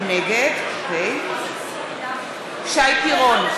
נגד שי פירון,